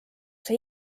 see